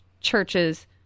churches